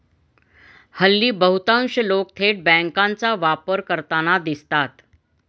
हल्ली बहुतांश लोक थेट बँकांचा वापर करताना दिसतात